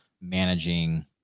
managing